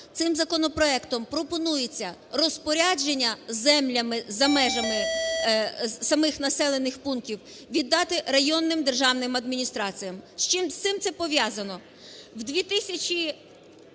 цим законопроектом пропонується розпорядження землями за межами самих населених пунктів віддати районним державним адміністраціям. З чим це пов'язано?